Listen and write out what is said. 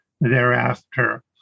thereafter